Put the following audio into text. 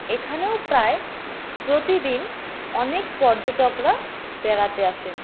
এখানেও প্রায় প্রতিদিন অনেক পর্যটকরা বেড়াতে আসেন